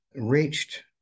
reached